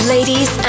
Ladies